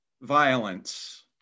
violence